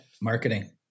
marketing